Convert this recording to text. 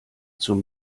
zum